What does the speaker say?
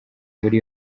muri